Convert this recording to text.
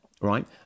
right